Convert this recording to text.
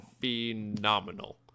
phenomenal